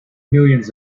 millions